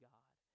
God